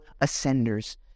ascenders